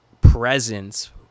presence